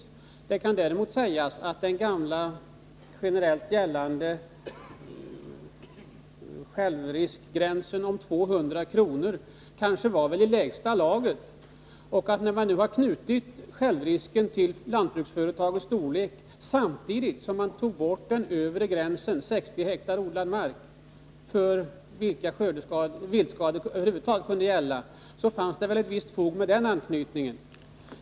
Det kan däremot sägas att den gamla, generellt gällande självriskgränsen om 200 kr. kanske var i lägsta laget. Att man nu har knutit självrisken till lantbruksföretagets storlek samtidigt som man har tagit bort den övre gränsen, 60 hektar odlad mark, för att viltskadeersättning över huvud taget skall utgå har alltså utan tvivel visst fog.